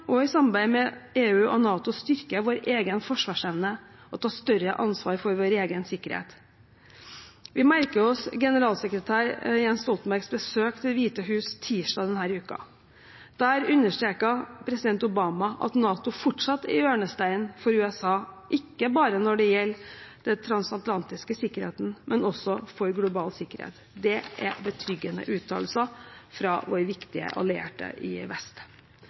og i samarbeid med EU og NATO styrke vår egen forsvarsevne og ta større ansvar for vår egen sikkerhet. Vi merker oss generalsekretær Jens Stoltenbergs besøk i Det hvite hus tirdag denne uken. Der understreket president Obama at NATO fortsatt er hjørnesteinen for USA, ikke bare når det gjelder den transatlantiske sikkerheten, men også for global sikkerhet. Det er betryggende uttalelser fra vår viktige allierte i vest.